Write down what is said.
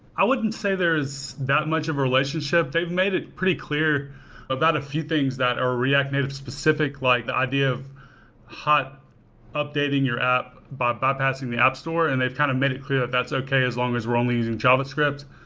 i wouldn't say there's that much of a relationship. they've made it pretty clear about a few things that are react native specific, like the idea of updating your app, but baptizing the app store and they've kind of made it clear that that's okay as long as we're only using javascript.